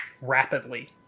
rapidly